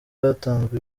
hatanzwe